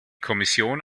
kommission